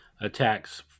attacks